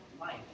life